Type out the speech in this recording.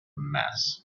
mass